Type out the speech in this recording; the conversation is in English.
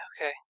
okay